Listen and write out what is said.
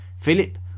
Philip